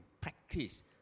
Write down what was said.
practice